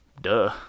Duh